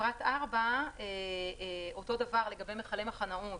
פרט (4) אותו דבר לגבי מכלי מחנאות.